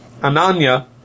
Ananya